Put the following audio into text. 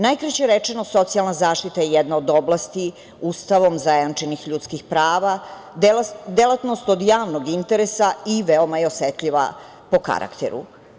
Najkraće rečeno, socijalna zaštita je jedna od oblasti Ustavom zajamčenih ljudskih prava, delatnost od javnog interesa i veoma je osetljiva po karakteru.